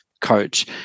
Coach